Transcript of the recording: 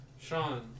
Sean